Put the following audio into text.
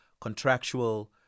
contractual